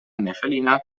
nefelina